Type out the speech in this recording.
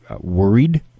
worried